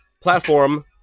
platform